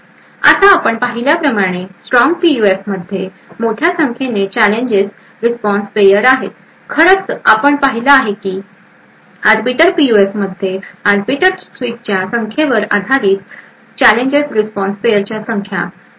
आता आपण पाहिल्याप्रमाणे strong पीयूएफमध्ये मोठ्या संख्येने चॅलेंजेस रिस्पॉन्स पेयर आहेत खरं आपण पाहिलं आहे की आर्बिटर पीयूएफमध्ये आर्बिटर स्विचच्या संख्येवर आधारित चॅलेंजेस रिस्पॉन्स पेयर च्या संख्या घाऊक आहे